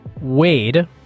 Wade